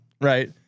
right